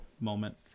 moment